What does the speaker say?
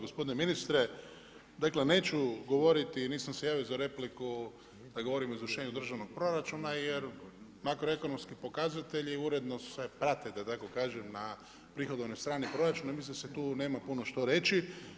Gospodine ministre, dakle, neću govoriti i nisam se javio za repliku da govorim o izvršenju državnog proračuna, jer makroekonomski pokazatelji, uredno se prate, da tako kažem, na prihodovnoj strani proračuna i mislim da se tu nema puno što reći.